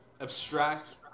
abstract